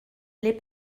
les